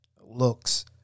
Looks